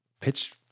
pitch